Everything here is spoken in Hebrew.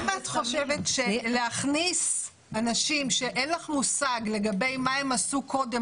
אם את חושבת שלהכניס אנשים שאין לך מושג מה הם עשו קודם